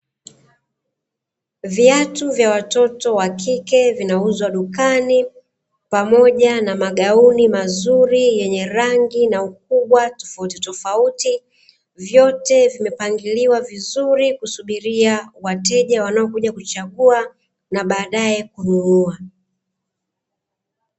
Viatu vya watoto wa kike vinauzwa dukani pamoja na magauni mazuri yenye rangi na ukubwa tofautitofauti, vyote vimepangiliwa vizuri kusubiria wateja wanaokuja kuchagua na baadaye kununua.